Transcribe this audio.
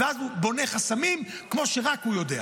ואז הוא בונה חסמים, כמו שרק הוא יודע.